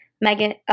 Megan